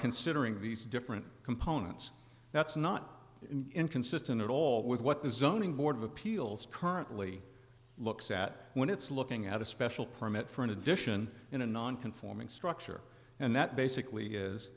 considering these different components that's not inconsistent at all with what the zoning board of appeals currently looks at when it's looking at a special permit for an addition in a non conforming structure and that basically